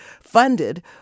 funded